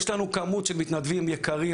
יש לנו כמות של מתנדבים יקרים,